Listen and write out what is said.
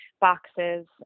boxes